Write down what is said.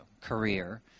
career